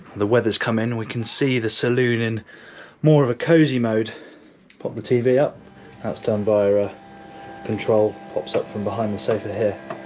the weather's coming and we can see the saloon in more of a cozy mode pop the tv up that's done by our control pops up from behind the sofa here